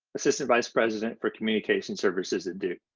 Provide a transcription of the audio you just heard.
assistant vice president for communication services at duke.